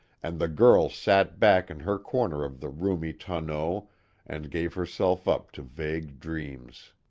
and the girl sat back in her corner of the roomy tonneau and gave herself up to vague dreams.